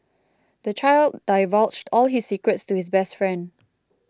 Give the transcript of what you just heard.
the child divulged all his secrets to his best friend